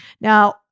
Now